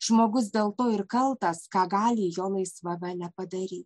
žmogus dėl to ir kaltas ką gali jo laisva valia padaryt